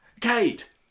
Kate